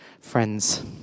friends